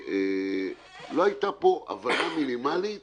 לא היתה פה הבנה מינימלית